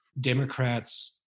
Democrats